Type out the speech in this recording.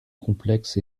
complexe